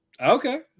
Okay